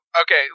okay